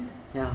ya